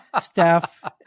Staff